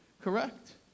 correct